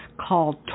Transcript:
called